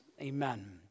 amen